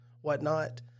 whatnot